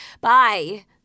bye